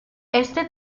este